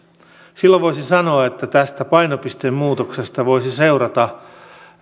silloin voisi sanoa että tästä painopistemuutoksesta voisi seurata